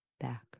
back